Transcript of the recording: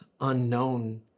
unknown